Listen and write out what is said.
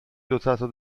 dotato